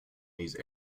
these